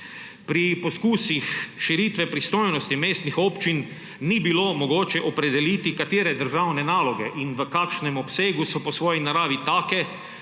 Pri poskusih širitve pristojnosti mestnih občin ni bilo mogoče opredeliti, katere državne naloge in v kakšnem obsegu so po svoji naravi takšne,